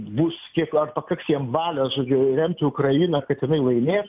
bus kiek van pakaks jiem valios žodžiu remti ukrainą kad jinai laimėtų